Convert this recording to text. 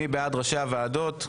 מי בעד ראשי הוועדות?